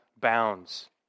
bounds